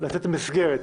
ספציפית.